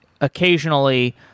occasionally